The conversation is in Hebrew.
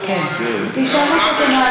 אחרי שהמליאה